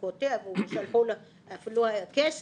שלחו לו אפילו כסף,